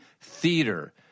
theater